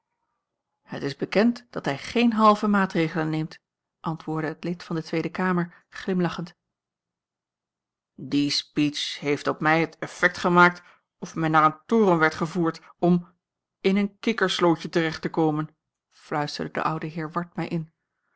het is bekend dat hij geen halve maatregelen neemt antwoordde het lid van de tweede kamer glimlachend die speech heeft op mij het effect gemaakt of men naar een toren werd gevoerd om in een kikkerslootje terecht te komen fluisterde de oude heer ward mij in